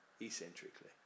eccentrically